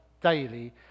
daily